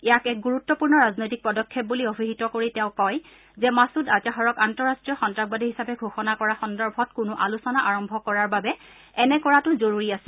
ইয়াক এক গুৰুত্বপূৰ্ণ ৰাজনৈতিক পদক্ষেপ বুলি অভিহিত কৰি তেওঁ কয় যে মাছুদ আজহাৰক আন্তঃৰাষ্ট্ৰীয় সন্নাসবাদী হিচাপে ঘোষণা কৰা সন্দৰ্ভত কোনো আলোচনা আৰম্ভ কৰাৰ বাবে এনে কৰাটো জৰুৰী আছিল